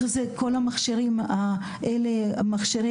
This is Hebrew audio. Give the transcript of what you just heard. כל מכשירי הקצה,